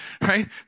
right